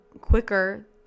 quicker